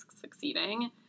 succeeding